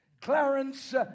Clarence